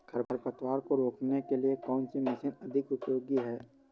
खरपतवार को रोकने के लिए कौन सी मशीन अधिक उपयोगी है?